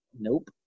Nope